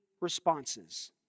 responses